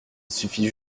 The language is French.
suffit